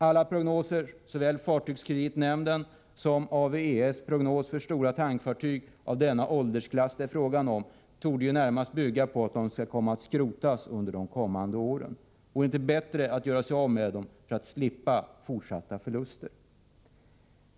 Alla prognoser, såväl fartygskreditnämndens som AWES prognos för stora tankfartyg av den ålderklass det är fråga om, torde närmast bygga på att fartygen kommer att skrotas under de kommande åren. Vore det inte bättre att göra sig av med dem för att slippa fortsatta förluster? 2.